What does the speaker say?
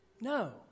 No